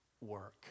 work